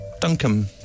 Duncan